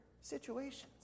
situations